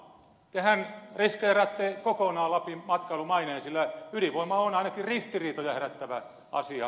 tehän riskeeraatte kokonaan lapin matkailumaineen sillä ydinvoima on ristiriitoja herättävä asia